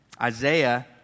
Isaiah